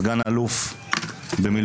סגן אלוף במילואים,